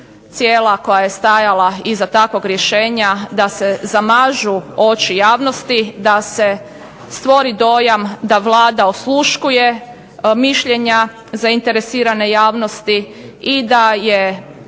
koja je stajala iza takvog rješenja da se zamažu oči javnosti, da se stvori dojam da Vlada osluškuje mišljenja zainteresirane javnosti i da je